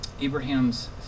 Abraham's